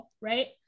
right